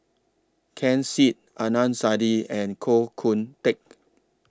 Ken Seet Adnan Saidi and Koh Teck